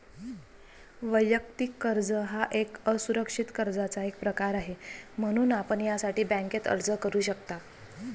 वैयक्तिक कर्ज हा एक असुरक्षित कर्जाचा एक प्रकार आहे, म्हणून आपण यासाठी बँकेत अर्ज करू शकता